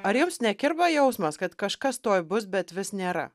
ar jums nekirba jausmas kad kažkas tuoj bus bet vis nėra